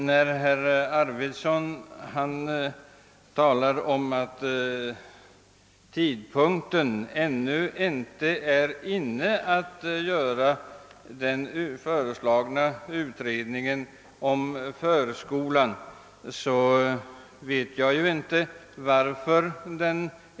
Herr talman! När herr Arvidson sä ger att tidpunkten ännu inte är inne att göra den föreslagna utredningen om förskolan, så kan jag inte förstå detta.